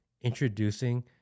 introducing